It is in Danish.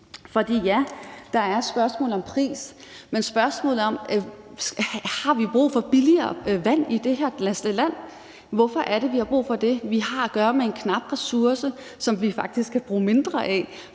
men spørgsmålet er, om vi har brug for billigere vand i det her land. Hvorfor har vi brug for det? Vi har at gøre med en knap ressource, som vi faktisk skal bruge mindre af